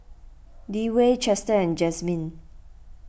Dewey Chester and Jazmin